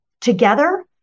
together